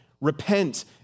Repent